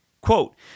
quote